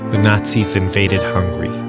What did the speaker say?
the nazis invaded hungary.